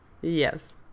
yes